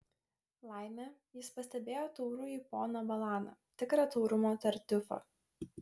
laimė jis pastebėjo taurųjį poną balaną tikrą taurumo tartiufą